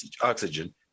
oxygen